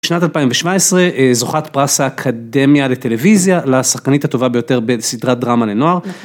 שנת 2017 זוכת פרס האקדמיה לטלוויזיה, לשחקנית הטובה ביותר בסדרת דרמה לנוער.